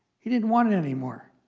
he didn't want it anymore.